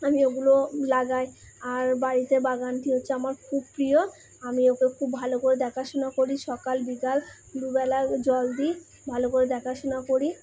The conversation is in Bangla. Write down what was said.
আমি ওগুলো লাগাই আর বাড়িতে বাগানটি হচ্ছে আমার খুব প্রিয় আমি ওকে খুব ভালো করে দেখাশোনা করি সকাল বিকাল দুবেলা জল দিই ভালো করে দেখাশোনা করি